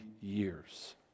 years